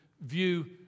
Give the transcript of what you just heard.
view